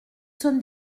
sommes